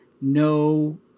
no